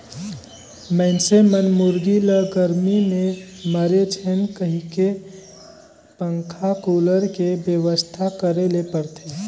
मइनसे मन मुरगी ल गरमी में मरे झेन कहिके पंखा, कुलर के बेवस्था करे ले परथे